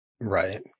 Right